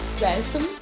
Welcome